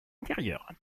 intérieure